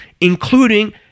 including